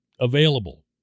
available